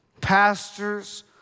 pastors